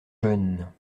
jeune